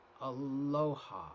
Aloha